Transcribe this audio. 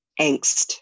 angst